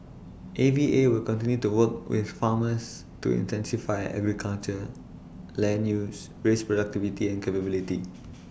A V A will continue to work with farmers to intensify agriculture land use raise productivity and capability